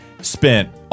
spent